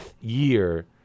year